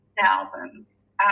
thousands